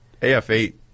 af8